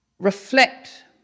Reflect